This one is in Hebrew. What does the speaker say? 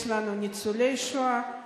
יש לנו ניצולי השואה,